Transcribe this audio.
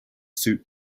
suit